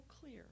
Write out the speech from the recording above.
clear